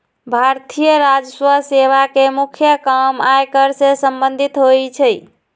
भारतीय राजस्व सेवा के मुख्य काम आयकर से संबंधित होइ छइ